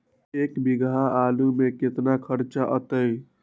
एक बीघा आलू में केतना खर्चा अतै?